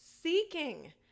seeking